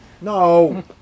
No